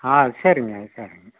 ஆ சரிங்க சரிங்க